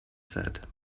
said